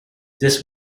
this